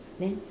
then